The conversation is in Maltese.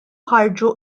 ħarġu